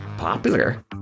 Popular